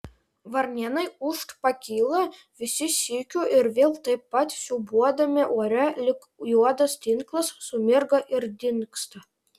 varnėnai ūžt pakyla visi sykiu ir vėl taip pat siūbuodami ore lyg juodas tinklas sumirga ir dingsta